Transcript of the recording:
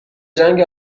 جنگ